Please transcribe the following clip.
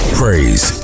praise